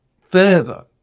further